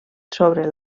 sobre